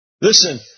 Listen